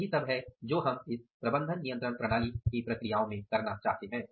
यही सब है जो हम इस प्रबंधन नियंत्रण प्रणाली की प्रक्रियाओं में करना चाहते हैं